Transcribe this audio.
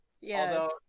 Yes